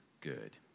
good